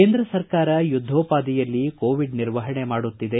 ಕೇಂದ್ರ ಸರ್ಕಾರ ಯುದ್ದೋಪಾದಿಯಲ್ಲಿ ಕೋವಿಡ್ ನಿರ್ವಹಣೆ ಮಾಡುತ್ತಿದೆ